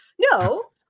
No